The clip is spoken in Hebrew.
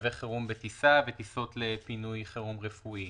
מצבי חירום בטיסה וטיסות לפינוי חירום רפואי